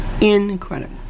Incredible